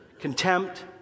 contempt